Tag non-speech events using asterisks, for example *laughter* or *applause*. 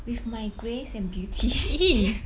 with my grace and beauty *noise*